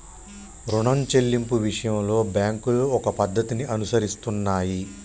రుణం చెల్లింపు విషయంలో బ్యాంకులు ఒక పద్ధతిని అనుసరిస్తున్నాయి